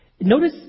Notice